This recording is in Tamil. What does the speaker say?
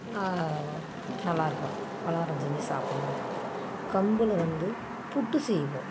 ந நல்லாயிருக்கும் பலகாரம் செஞ்சு சாப்பிடுவோம் கம்பில் வந்து புட்டு செய்வோம்